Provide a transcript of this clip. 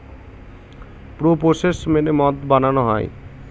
পুরো প্রসেস মেনে মদ বানানো হয়